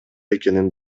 экенин